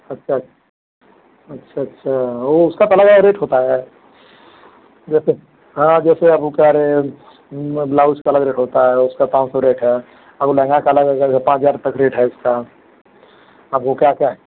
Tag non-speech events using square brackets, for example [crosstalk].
अच्छा छा अच्छा अच्छा वह उसका तो अलग रेट होता है जैसे हँ जैसे अब ऊ कह रहे न ब्लाउस का अलग रेट होता है उसका पाँच सौ रेट है अब ऊ लहंगा का अलग [unintelligible] पाँच हज़ार रुपये का रेट है उसका आपको क्या क्या